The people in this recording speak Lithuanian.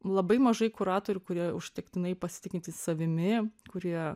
labai mažai kuratorių kurie užtektinai pasitikintys savimi kurie